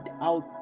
out